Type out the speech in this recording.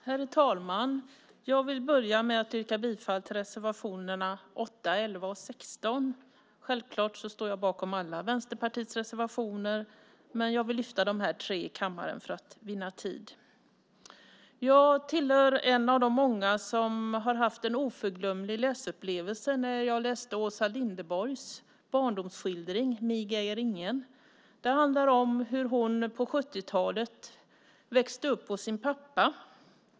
Herr talman! Jag vill börja med att yrka bifall till reservationerna 8, 11 och 16. Självklart står jag bakom alla Vänsterpartiets reservationer, men jag vill lyfta fram enbart de här tre i kammaren för att vinna tid. Jag är en av de många som har haft en oförglömlig läsupplevelse när jag läste Åsa Linderborgs barndomsskildring Mig äger ingen . Den handlar om hur hon på 70-talet växte upp hos sin pappa.